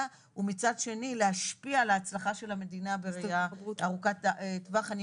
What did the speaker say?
ומצד שני להשפיע על ההצלחה של המדינה בראייה ארוכת טווח.